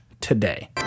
today